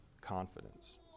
confidence